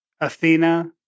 Athena